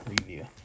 review